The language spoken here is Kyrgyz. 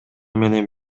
менен